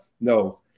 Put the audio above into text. No